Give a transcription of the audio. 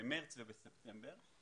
במארס ובספטמבר.